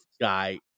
guy